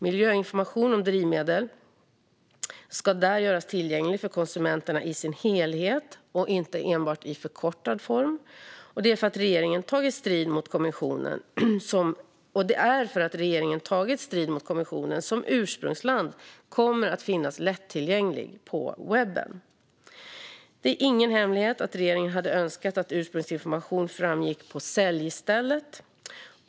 Miljöinformation om drivmedel ska där göras tillgänglig för konsumenterna i sin helhet och inte enbart i förkortad form. Det är för att regeringen har tagit strid med kommissionen som information om ursprungsland kommer att finnas lättillgänglig på webben. Det är ingen hemlighet att regeringen hade önskat att ursprungsinformation framgick på säljstället.